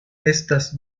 estas